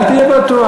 אל תהיה בטוח.